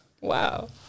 wow